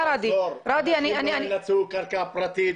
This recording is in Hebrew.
--- רגע, ראדי ----- קרקע פרטית.